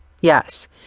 Yes